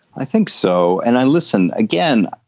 i think so. and i listen again.